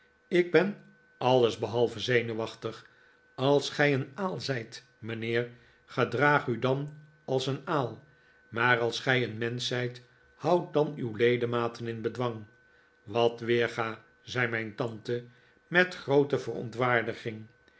ik ben alles behalve zenuwachtig als gij een aal zijt mijnheer gedraag u dan als een aal maar als gij een mensch zijt houd dan uw ledematen in bedwang wat weerga zei mijn tante met groote verontwaardiging